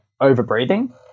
over-breathing